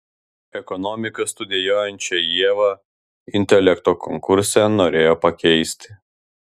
ekonomiką studijuojančią ievą intelekto konkurse norėjo pakeisti